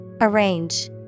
Arrange